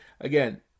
again